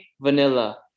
vanilla